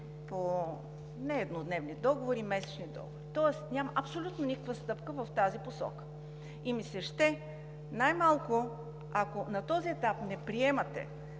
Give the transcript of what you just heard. с наемането по месечни договори, тоест няма абсолютно никаква стъпка в тази посока. Ще ми се най-малко, ако на този етап не приемате